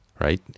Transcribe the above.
right